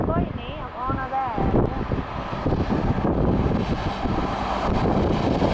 कोई निं औना ते ऐ आपूं